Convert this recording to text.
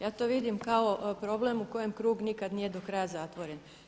Ja to vidim kako problem u kojem krug nikad nije do kraja zatvoren.